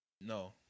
No